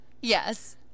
Yes